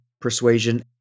persuasion